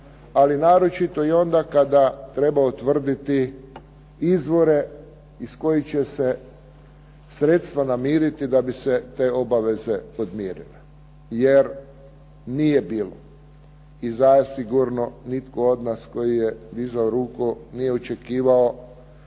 ali i naročito onda kada treba utvrditi izvore iz kojih će se sredstva namiriti da bi se te obveze podmirile, jer nije bilo i zasigurno nitko od nas tko je dizao ruku nije očekivao